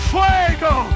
Fuego